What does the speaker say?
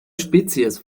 spezies